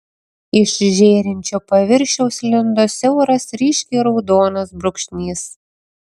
iš žėrinčio paviršiaus lindo siauras ryškiai raudonas brūkšnys